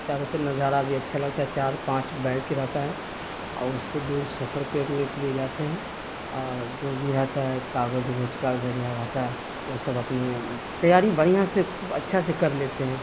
چاروں طر نظارہ بھی اچھا لگتا ہے چار پانچ بیک ہی رہتا ہے اور اس سے دور سفر کرنے کے لیے جاتے ہیں اور جو بھی رہتا ہے کاغذ ووغذ کا ذریعہ رہتا ہے وہ سب اپنے تیاری بڑھیا سے خوب اچھا سے کر لیتے ہیں